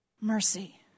mercy